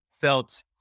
felt